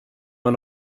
man